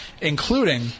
including